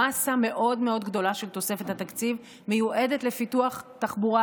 המסה המאוד-מאוד גדולה של תוספת התקציב מיועדת לפיתוח תחבורה